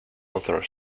other